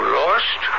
lost